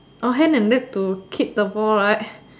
hand and neck to kick the ball right